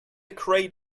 great